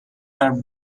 her